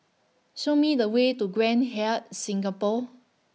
Show Me The Way to Grand Hyatt Singapore